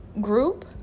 group